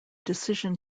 decision